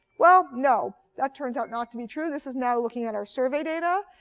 well, no, that turns out not to be true. this is now looking at our survey data.